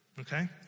Okay